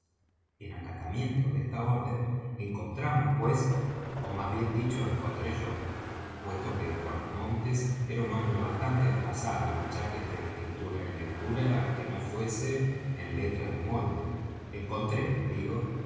en acatamiento de esta orden encontramos pues ó más bien dicho encontré yo puesto que el guarda monte era un hombre bastante atrasado en achaques de escritura y lectura que no fuese en letras de molde encontré digo